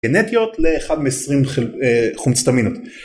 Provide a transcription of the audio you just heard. גנטיות ל-1 מ-20 חומצת אמינות